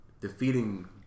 Defeating